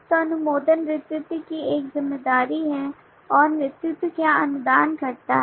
तो अनुमोदन नेतृत्व की एक जिम्मेदारी है और नेतृत्व क्या अनुमोदन करता है